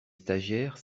stagiaires